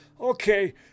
Okay